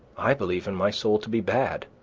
i believe in my soul to be bad,